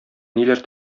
ниләр